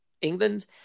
England